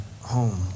home